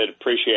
Appreciate